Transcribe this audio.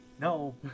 No